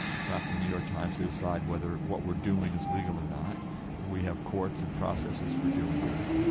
it's not for the new york times to decide whether what we're doing is legal or not we have courts and processes for doing it,